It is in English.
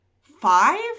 five